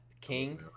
King